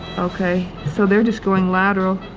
okay. so they're just going lateral.